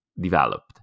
developed